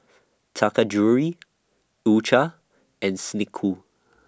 Taka Jewelry U Cha and Snek Ku